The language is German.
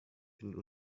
findet